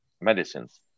medicines